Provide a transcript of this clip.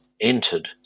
entered